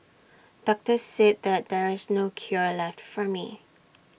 doctors said that there is no cure left for me